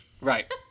Right